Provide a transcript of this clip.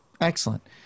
excellent